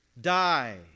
die